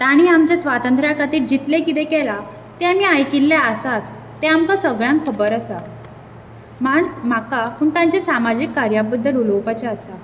ताणी आमच्या स्वातंत्र्या खातीर जितलें कितें केलां तें आमी आयकिल्ले आसात तें आमकां सगळ्यांक खबर आसा मात म्हाका पूण तांचें सामाजीक कार्या बद्दल उलोवपाचें आसा